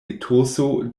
etoso